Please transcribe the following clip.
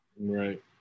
Right